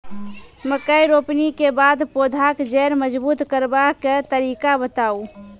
मकय रोपनी के बाद पौधाक जैर मजबूत करबा के तरीका बताऊ?